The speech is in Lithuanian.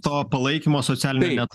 to palaikymo socialinio net